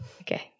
okay